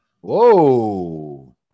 Whoa